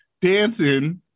dancing